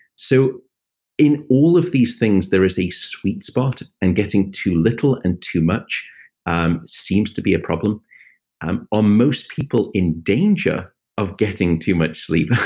so in all of these things there is a sweet spot, and getting too little and too much um seems to be a problem are and um most people in danger of getting too much sleep?